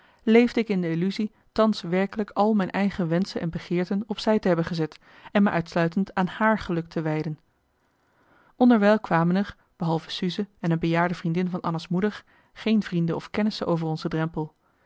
leefde ik in de illusie thans werkelijk al mijn eigen wenschen en begeerten op zij te hebben gezet en me uitsluitend aan haar geluk te wijden onderwijl kwamen er behalve suze en een bejaarde vriendin van anna's moeder geen vrienden of kennissen over onze drempel